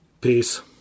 Peace